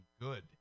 good